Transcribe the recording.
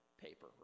paper